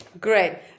Great